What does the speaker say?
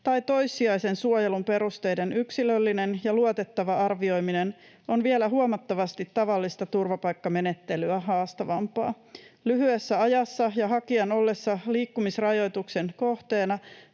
tai toissijaisen suojelun perusteiden yksilöllinen ja luotettava arvioiminen on vielä huomattavasti tavallista turvapaikkamenettelyä haastavampaa. Lyhyessä ajassa ja hakijan ollessa liikkumisrajoituksen kohteena